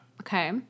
Okay